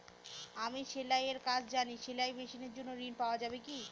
আমি সেলাই এর কাজ জানি সেলাই মেশিনের জন্য ঋণ পাওয়া যাবে কি?